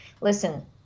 Listen